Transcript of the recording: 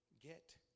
get